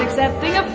that this